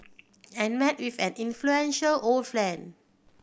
and met with an influential old friend